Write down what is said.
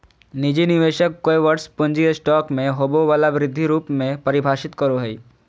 निजी निवेशक कोय वर्ष पूँजी स्टॉक में होबो वला वृद्धि रूप में परिभाषित करो हइ